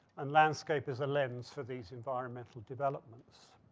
and landscape is a lens for these environmental developments.